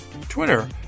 Twitter